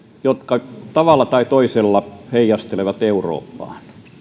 jotka tavalla tai toisella heijastelevat eurooppaan